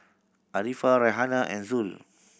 Arifa Raihana and Zul